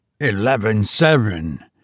Eleven-seven